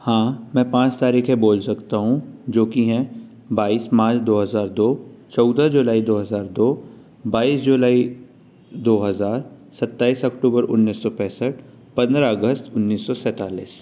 हाँ मैं पाँच तारीखें बोल सकता हूँ जो कि हैं बाईस मार्च दो हज़ार दो चौदह जुलाई दो हज़ार दो बाईस जुलाई दो हज़ार सत्ताईस अक्टूबर उन्नीस सौ पैसठ पन्द्रह अगस्त उन्नीस सौ सैंतालीस